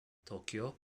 tokyo